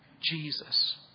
Jesus